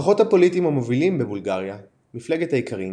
הכוחות הפוליטיים המובילים בבולגריה – מפלגת האיכרים,